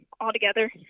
altogether